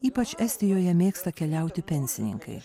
ypač estijoje mėgsta keliauti pensininkai